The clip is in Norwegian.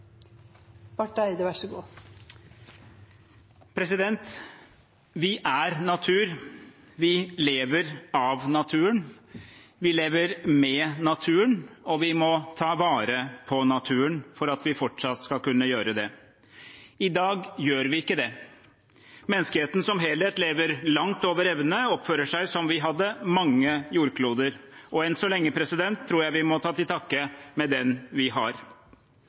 natur, vi lever av naturen, vi lever med naturen, og vi må ta vare på naturen for at vi fortsatt skal kunne gjøre det. I dag gjør vi ikke det. Menneskeheten som helhet lever langt over evne og oppfører seg som om vi hadde mange jordkloder. Enn så lenge tror jeg vi må ta til takke med den vi har.